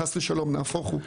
חס ושלום, נהפוך הוא.